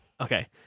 Okay